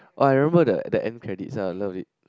oh I remembered the end credits I love it